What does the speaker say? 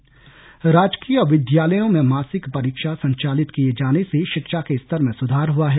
सुधार राजकीय विद्यालयों में मासिक परीक्षा संचालित किए जाने से शिक्षा के स्तर में सुधार हुआ है